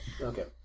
Okay